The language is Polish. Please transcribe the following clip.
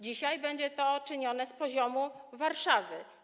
Dzisiaj będzie to czynione z poziomu Warszawy.